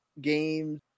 games